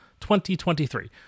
2023